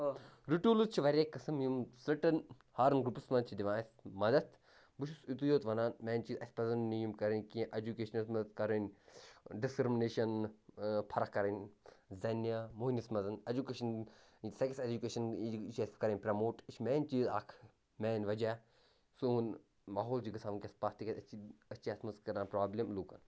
رٔٹوٗلٕز چھِ واریاہ قٕسٕم یِم سٔٹٕن ہارن گرُپَس منٛز چھِ دِوان اَسہِ مَدَد بہٕ چھُس یُتُے یوت وَنان مین چیٖز اَسہِ پَزَن نہٕ یِم کَرٕنۍ کینٛہہ ایٚجوکیشنَس منٛز کَرٕنۍ ڈِسکرٛمنیشَن فرق کَرٕنۍ زَنہِ موہنوِس منٛز ایٮ۪جوکیشَن سٮ۪کس اٮ۪جوکیشَن یہِ چھِ اَسہِ کَرٕنۍ پرٛموٹ یہِ چھِ مین چیٖز اَکھ مین وجہ سون ماحول چھُ گژھان وٕنۍکٮ۪س پَتھ تِکیٛازِ أسۍ چھِ أسۍ چھِ اَتھ منٛز کَران پرٛابلِم لوٗکَن